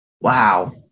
wow